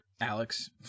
Alex